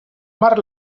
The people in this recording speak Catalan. mar